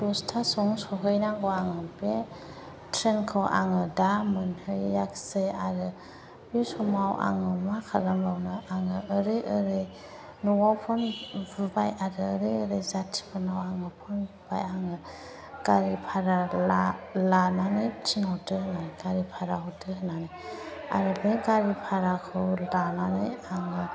दस्तासोआवनो सहैनांगौ आङो बे ट्रेनखौ आङो दा मोनहैयाखिसै आरो बे समाव आङो मा खालामबावनो आङो ओरै ओरै न'आव फन बुबाय आरो ओरै ओरै जाथिफोरनाव आङो फन बुबाय आङो गारि भारा लानानै थिनहरदोंमोन गारि भारा हरदो होननानै आरो बे गारि भाराखौ लानानै आङो